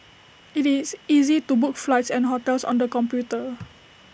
IT is easy to book flights and hotels on the computer